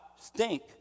stink